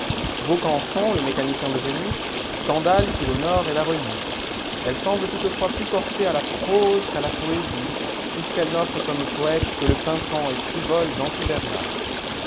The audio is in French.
vaucanson le mécanicien de génie stendhal qui l'honore et la renie elle semble toutefois plus portée à la prose qu'à la poésie puisqu'elle n'offre comme poète que le pimpant et frivole